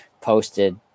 posted –